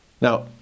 Now